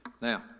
now